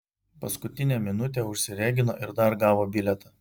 paskutinę minutę užsiregino ir dar gavo bilietą